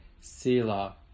sila